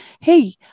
hey